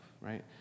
right